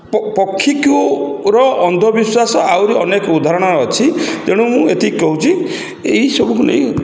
ପକ୍ଷୀକୁ ର ଅନ୍ଧବିଶ୍ୱାସ ଆହୁରି ଅନେକ ଉଦାହରଣ ଅଛି ତେଣୁ ମୁଁ ଏତିକି କହୁଛି ଏହିସବୁ ନେଇ